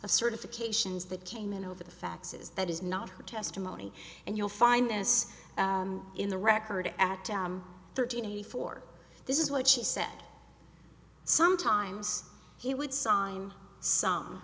of certifications that came in over the faxes that is not her testimony and you'll find this in the record act thirteen eighty four this is what she said sometimes he would sign some